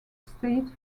state